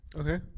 Okay